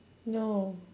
no